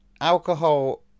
alcohol